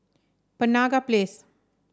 Penaga Place